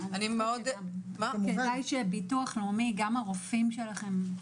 כדאי שהביטוח הלאומי, גם הרופאים שלכם.